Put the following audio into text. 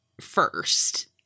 first